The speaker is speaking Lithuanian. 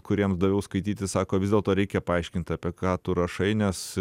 kuriems daviau skaityti sako vis dėlto reikia paaiškint apie ką tu rašai nes